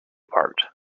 barked